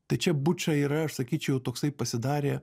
tai čia buča yra aš sakyčiau toksai pasidarė